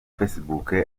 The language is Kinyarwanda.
facebook